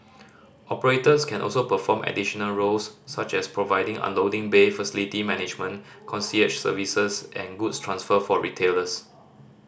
operators can also perform additional roles such as providing unloading bay facility management concierge services and goods transfer for retailers